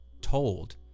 told